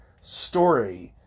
story